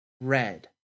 Red